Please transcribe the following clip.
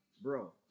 bro